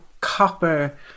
copper